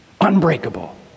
unbreakable